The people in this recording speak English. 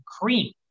cream